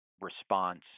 response